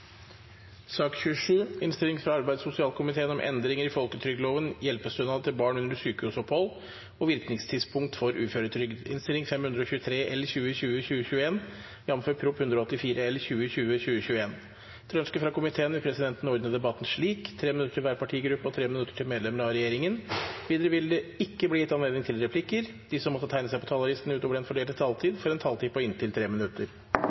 fra arbeids- og sosialkomiteen vil presidenten ordne debatten slik: 3 minutter til hver partigruppe og 3 minutter til medlemmer av regjeringen. Videre vil det ikke bli gitt anledning til replikker. De som måtte tegne seg på talerlisten utover den fordelte taletid, får også en taletid på inntil 3 minutter.